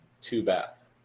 two-bath